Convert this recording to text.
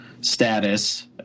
status